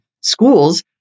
schools